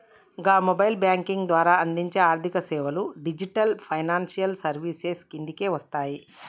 గా mobile banking ద్వారా అందించే ఆర్థికసేవలు డిజిటల్ ఫైనాన్షియల్ సర్వీసెస్ కిందకే వస్తయి